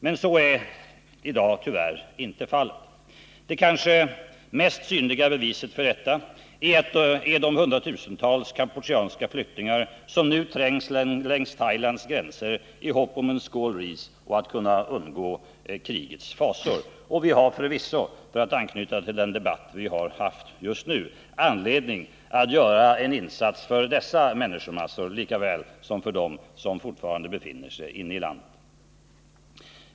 Men så är i dag tyvärr inte fallet. Det kanske mest synliga beviset för detta är de hundratusentals kampucheanska flyktingar som nu trängs längs Thailands gränser i hopp om en skål ris och i hopp om att kunna undgå krigets fasor. Och vi har förvisso, för att anknyta till den debatt som förs just nu, anledning att göra en insats för dessa människor lika väl som för dem som fortfarande befinner sig inne i landet.